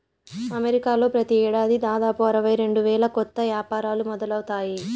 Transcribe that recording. అమెరికాలో ప్రతి ఏడాది దాదాపు అరవై రెండు వేల కొత్త యాపారాలు మొదలవుతాయి